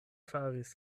faris